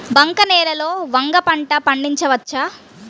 బంక నేలలో వంగ పంట పండించవచ్చా?